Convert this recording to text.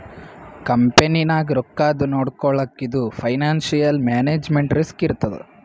ಕಂಪನಿನಾಗ್ ರೊಕ್ಕಾದು ನೊಡ್ಕೊಳಕ್ ಇದು ಫೈನಾನ್ಸಿಯಲ್ ಮ್ಯಾನೇಜ್ಮೆಂಟ್ ರಿಸ್ಕ್ ಇರ್ತದ್